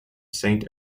saint